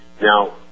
Now